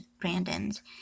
brandon's